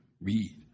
read